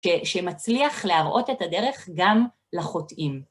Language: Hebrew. שמצליח להראות את הדרך גם לחוטאים.